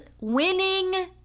winning